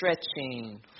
stretching